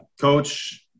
coach